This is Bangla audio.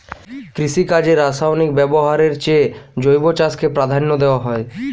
কৃষিকাজে রাসায়নিক ব্যবহারের চেয়ে জৈব চাষকে প্রাধান্য দেওয়া হয়